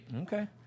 Okay